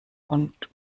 und